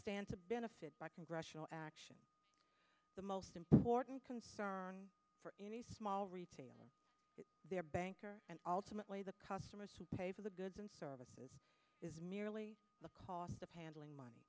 stand to benefit by congressional action the most important concern for any small retailer is their banker and ultimately the customers who pay for the goods and services is merely the cost of handling money